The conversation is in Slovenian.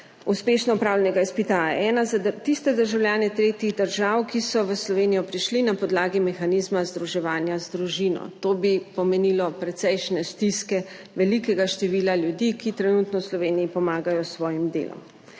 uspešno opravljenega izpita A1 za tiste državljane tretjih držav, ki so v Slovenijo prišli na podlagi mehanizma združevanja z družino. To bi pomenilo precejšnje stiske velikega števila ljudi, ki trenutno v Sloveniji pomagajo s svojim delom.